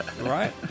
Right